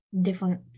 different